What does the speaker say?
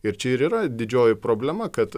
ir čia ir yra didžioji problema kad